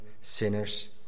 sinners